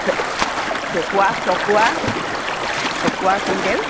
চ চকুৱা চকুৱা চকুৱা কুইণ্টেল